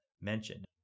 mentioned